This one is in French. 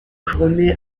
remet